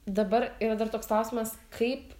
dabar yra dar toks klausimas kaip